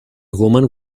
woman